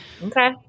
Okay